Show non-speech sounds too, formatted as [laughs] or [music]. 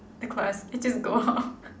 the class I just go [laughs] out